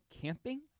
camping